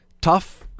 tough